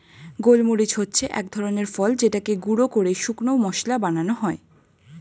গোলমরিচ হচ্ছে এক ধরনের ফল যেটাকে গুঁড়ো করে শুকনো মসলা বানানো হয়